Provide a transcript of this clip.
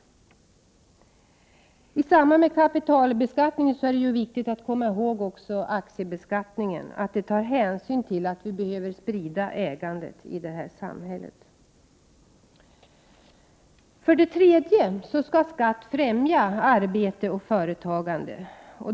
I samband med kapitalbeskattningen är det också viktigt att komma ihåg att aktiebeskattningen skall ta hänsyn till att ägandet i samhället bör spridas. För det tredje skall skatt främja arbete och företagande.